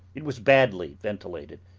it was badly ventilated,